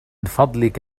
فضلك